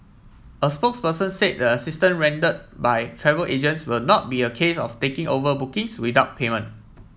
a spokesperson said the assistance rendered by travel agents will not be a case of taking over bookings without payment